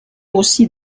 aussi